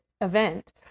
event